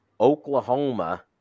Oklahoma